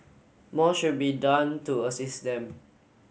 more should be done to assist them